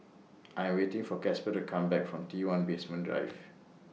I Am waiting For Casper to Come Back from T one Basement Drive